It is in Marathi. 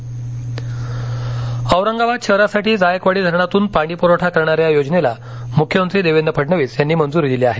औरंगाबाद घोषणा औरंगाबाद शहरासाठी जायकवाडी धरणातून पाणीपुरवठा करणाऱ्या योजनेला मुख्यमंत्री देवेंद्र फडणवीस यांनी मंजुरी दिली आहे